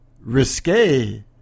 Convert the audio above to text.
risque